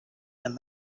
and